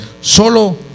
Solo